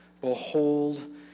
Behold